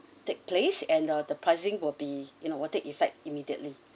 take place and uh the pricing will be you know will take effect immediately